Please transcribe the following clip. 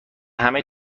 همه